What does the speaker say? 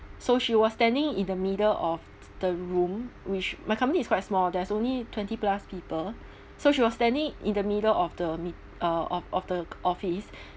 so she was standing in the middle of the room which my company is quite small there's only twenty plus people so she was standing in the middle of the meet~ uh of of the office